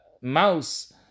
mouse